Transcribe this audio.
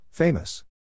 Famous